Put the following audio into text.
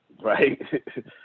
right